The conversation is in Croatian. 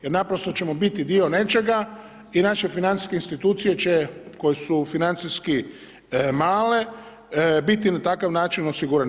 Jer naprosto ćemo biti dio nečega i naše financijske institucije će, koje su financijski male, biti na takav način osigurane.